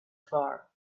far